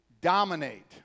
dominate